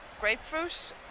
grapefruit